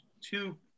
two